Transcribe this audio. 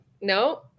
no